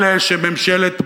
אלה שממשלת ברק,